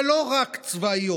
ולא רק צבאיות.